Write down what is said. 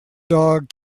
dog